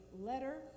letter